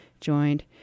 joined